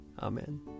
Amen